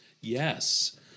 Yes